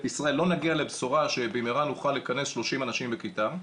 ישראל לא נגיע לבשורה שבמהרה נוכל לכנס 30 אנשים בכיתה,